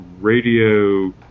radio